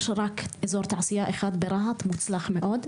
יש רק אזור תעשייה אחד מוצלח מאוד ברהט,